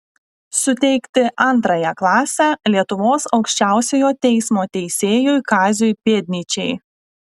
suteikti antrąją klasę lietuvos aukščiausiojo teismo teisėjui kaziui pėdnyčiai